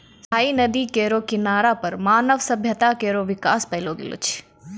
स्थायी नदी केरो किनारा पर मानव सभ्यता केरो बिकास पैलो गेलो छै